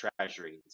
treasuries